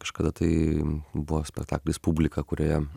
kažkada tai buvo spektaklis publika kurioje